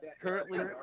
currently